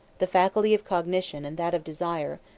the faculty of cognition and that of desire,